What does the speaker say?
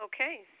Okay